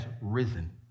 risen